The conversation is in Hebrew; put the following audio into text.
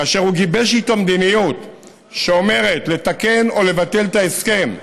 כאשר הוא גיבש איתו מדיניות שאומרת: לתקן או לבטל את ההסכם,